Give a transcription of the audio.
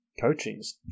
coaching's